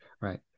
right